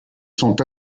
sont